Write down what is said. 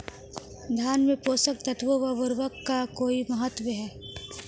धान में पोषक तत्वों व उर्वरक का कोई महत्व है?